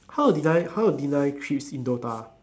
how did I how did I quit see dota